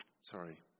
Sorry